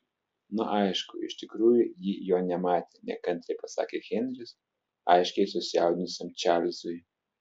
na aišku iš tikrųjų ji jo nematė nekantriai pasakė henris aiškiai susijaudinusiam čarlzui